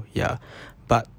ya but